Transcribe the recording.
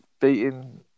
beating